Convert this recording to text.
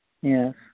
Yes